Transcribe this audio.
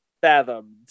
fathomed